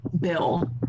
bill